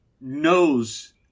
knows